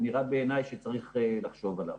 ונראה בעיניי שצריך לחשוב עליו.